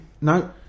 No